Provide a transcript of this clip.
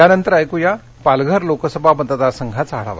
यानंतर ऐक्या पालघर लोकसभा मतदार संघाचा आढावा